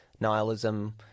nihilism